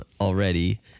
already